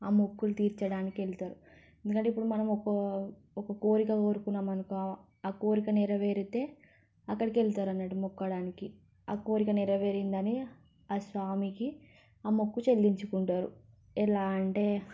ఆ మొక్కులు తీర్చడానికి వెళతారు ఎందుకంటే ఇప్పుడు మనం ఒక ఒక కోరిక కోరుకున్నాము అనుకో ఆ కోరిక నెరవేరితే అక్కడికి వెళతారు అన్నట్టు మొక్కడానికి ఆ కోరిక నెరవేరిందని ఆ స్వామికి ఆ మొక్కు చెల్లించుకుంటారు ఎలా అంటే